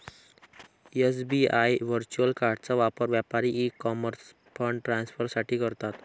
SBI virtual कार्डचा वापर व्यापारी ई कॉमर्स फंड ट्रान्सफर साठी करतात